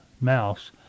mouse